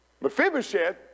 Mephibosheth